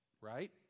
Right